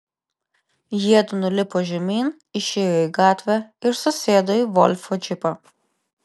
jiedu nulipo žemyn išėjo į gatvę ir susėdo į volfo džipą